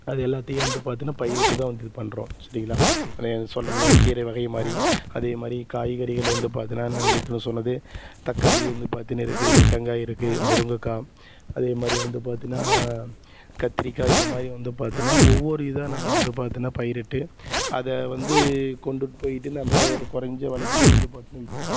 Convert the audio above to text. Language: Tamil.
அது எல்லாத்தையும் வந்து பார்த்தீன்னா பயிரிட்டு தான் வந்து இது பண்ணுறோம் சரிங்களா அது சொன்னோம் இல்லையா கீரை வகை மாதிரி அதே மாதிரி காய்கறிகள் வந்து பார்த்தீன்னா நான் ஏற்கனவே சொன்னது தக்காளி வந்து பார்த்தீன்னா இருக்குது வெண்டக்கா இருக்குது முருங்கக்காய் அதே மாதிரி வந்து பார்த்தீன்னா கத்திரிக்காய் இது மாதிரி வந்து பார்த்தீன்னா ஒவ்வொரு இதாக நாங்கள் வந்து பார்த்தீன்னா பயிரிட்டு அதை வந்து கொண்டுட்டு போயிட்டு நாம் ஒரு கொறைஞ்ச விலைக்கு தான் வந்து பார்த்தின்னா விற்கிறோம்